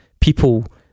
people